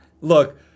Look